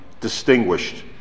distinguished